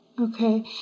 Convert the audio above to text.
Okay